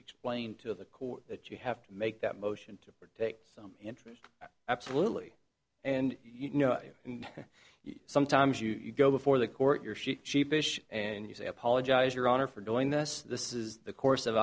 explained to the court that you have to make that motion to take some interest absolutely and you know and sometimes you go before the court you're she sheepish and you say i apologize your honor for doing this this is the course of